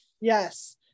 Yes